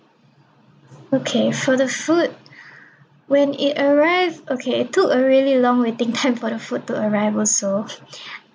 okay for the food when it arrive okay took a really long waiting time for the food to arriv also